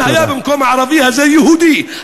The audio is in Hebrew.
אם היה במקום הערבי הזה יהודי,